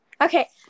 Okay